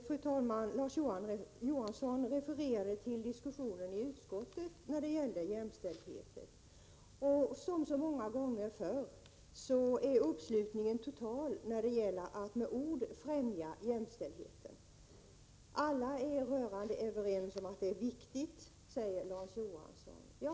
Fru talman! Larz Johansson refererade när det gällde jämställdheten till diskussionen i utskottet. Som så många gånger förr är uppslutningen total när det gäller att med ord främja jämställdheten. Alla är rörande överens om att detta är viktigt, säger Larz Johansson.